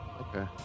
Okay